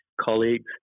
colleagues